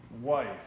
wife